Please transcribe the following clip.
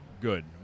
good